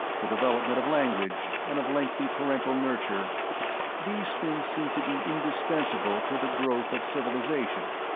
the development of language and of lengthy parental nurture these things seem to be indispensable to the growth of civilization,